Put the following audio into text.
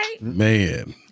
Man